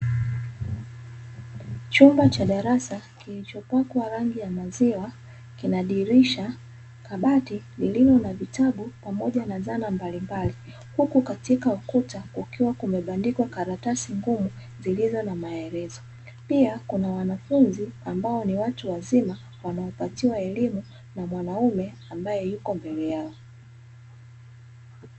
Chumba cha darasa kilichopakwa rangi ya maziwa kina dirisha, kabati lililo na vitabu pamoja na zana mbalimbali. Huku katika ukuta kukiwa kumebandikwa karatasi ngumu zilizo na maelezo. Pia kuna wanafunzi ambao ni watu wazima wanapatiwa elimu na mwanaume ambae yuko mbele yao.